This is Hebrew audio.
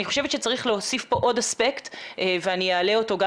אני חושבת שצריך להוסיף פה עוד אספקט ואעלה אותו גם